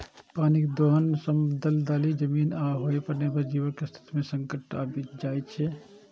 पानिक दोहन सं दलदली जमीन आ ओय पर निर्भर जीवक अस्तित्व पर संकट आबि जाइ छै